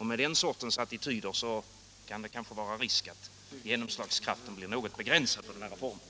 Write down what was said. Med den sortens attityder kan det vara risk att genomslagskraften för den här reformen blir något begränsad.